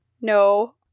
No